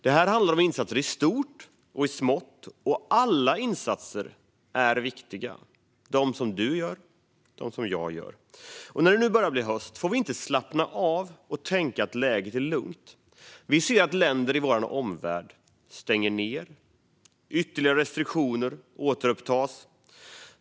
Det handlar om insatser i stort och i smått, och alla insatser är viktiga - de som du gör och de som jag gör. När det nu börjar bli höst får vi inte slappna av och tänka att läget är lugnt. Vi ser att länder i vår omvärld stänger ned och att restriktioner återupprättas.